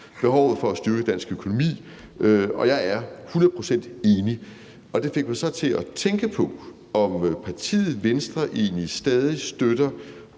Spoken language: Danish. behovet for at styrke dansk økonomi – og jeg er hundrede procent enig. Det fik mig så til at tænke på, om partiet Venstre egentlig stadig støtter,